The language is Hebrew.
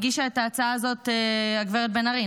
הגישה את ההצעה הזאת הגב' בן ארי,